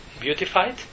beautified